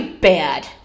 bad